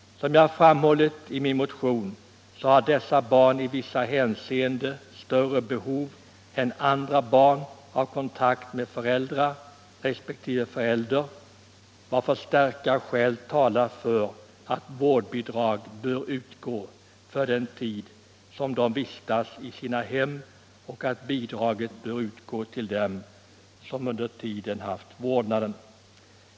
Som jag framhållit i min motion har dessa barn i vissa hänseenden större behov än andra barn av kontakt med föräldrar resp. förälder, varför starka skäl talar för att vårdbidrag bör utgå för den tid de vistas i sina hem och att bidraget bör utgå till dem som under tiden haft vårdnaden.